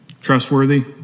trustworthy